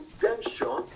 redemption